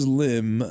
limb